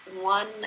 one